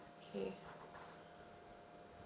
okay